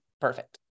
perfect